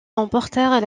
remportèrent